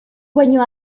baino